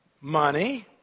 money